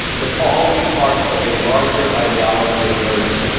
it's always part of a larger ideology of murder,